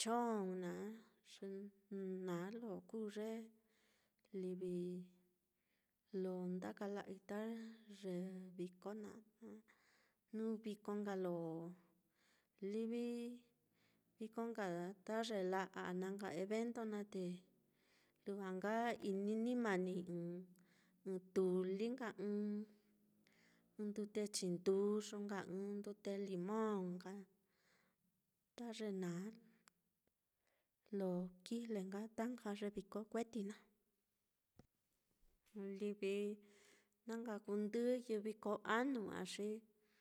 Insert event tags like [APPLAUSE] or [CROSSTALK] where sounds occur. chong naá, ye na lo kuu ye livi lo nda kala'ai ta ye viko naá ana jnu viko nka lo livi viko [NOISE] nka ta ye la'a á na nka evento naá, te lujua nka ini manii ɨ́ɨ́n tuli nka, ɨ́ɨ́n ndute chinduyu nka, ɨ́ɨ́n ndute limon nka, ta ye na lo kijle ta nka ye viko kueti naá, livi na nka kuu ndɨyɨ, viko anu á xi.